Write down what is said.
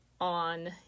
on